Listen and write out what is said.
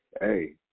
hey